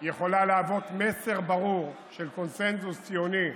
יכולה להוות מסר ברור של קונסנזוס ציוני,